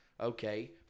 okay